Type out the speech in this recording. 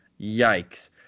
Yikes